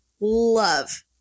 love